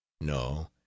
No